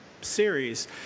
series